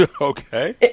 Okay